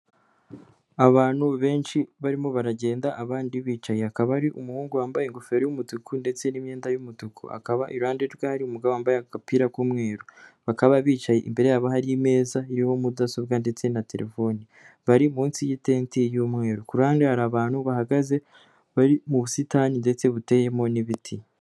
Abantu benshi barimo baragenda abandi bicaye. Hakaba hari umuhungu wambaye ingofero y'umutuku ndetse n'imyenda y'umutuku. Akaba iruhande rwe hari umugabo wambaye agapira k'umweru. Bakaba bicaye imbere yabo hari imeza, iriho mudasobwa ndetse na telefone bari munsi y'itenti y'umweru. Ku ruhande hari abantu bahagaze bari mu busitani ndetse buteyemo n'ibiti.